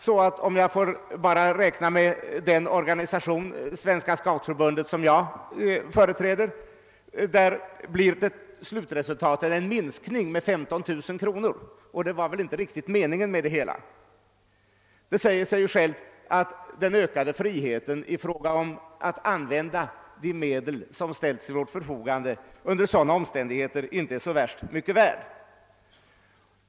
För den organisation som jag företräder, Svenska scoutförbundet, blir slutresultatet en minskning med 15 000 kronor, och det var väl ändå inte meningen. Det säger sig självt att den ökade friheten att använda de medel som ställes till vårt förfogande under sådana omständigheter inte är mycket värd.